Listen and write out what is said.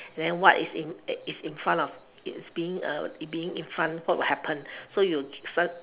then what is in is in front of it's being a being in front what will happen so you san~